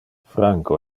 franco